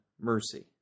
mercy